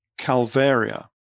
calvaria